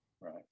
right